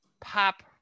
pop